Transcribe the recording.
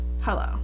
Hello